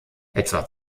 etwa